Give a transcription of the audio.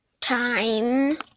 time